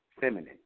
feminine